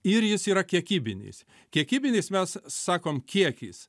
ir jis yra kiekybinis kiekybinis mes sakom kiekis